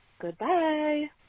Goodbye